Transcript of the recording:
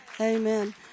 amen